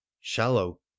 Shallow